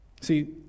See